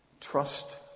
Trust